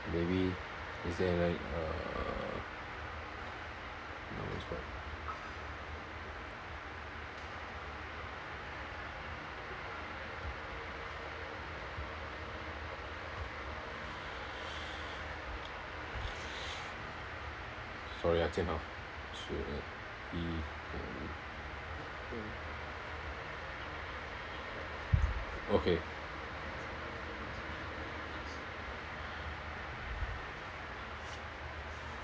maybe is there any uh sorry ah jianhao okay